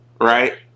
right